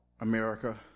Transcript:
America